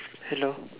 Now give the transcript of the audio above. hello